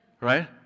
right